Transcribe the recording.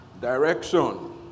direction